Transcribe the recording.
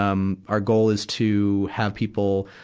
um, our goal is to have people,